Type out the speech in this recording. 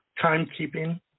timekeeping